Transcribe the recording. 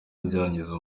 byangiza